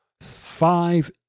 five